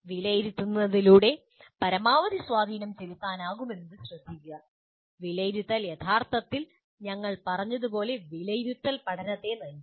വിലയിരുത്തലിലൂടെ പരമാവധി സ്വാധീനം ചെലുത്താനാകുമെന്നത് ശ്രദ്ധിക്കുക വിലയിരുത്തൽ യഥാർത്ഥത്തിൽ ഞങ്ങൾ പറഞ്ഞതുപോലെ വിലയിരുത്തൽ പഠനത്തെ നയിക്കുന്നു